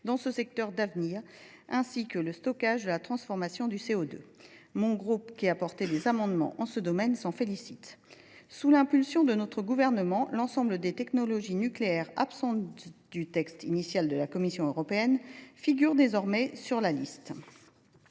dans ce secteur d’avenir, ainsi que dans le stockage et la transformation du CO2. Le groupe RDPI, qui a déposé des amendements en ce domaine, s’en félicite. Sous l’impulsion de notre gouvernement, l’ensemble des technologies nucléaires, absentes du texte initial de la Commission européenne, figurent désormais sur la liste.